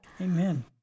Amen